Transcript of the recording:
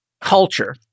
culture